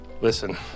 listen